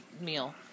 meal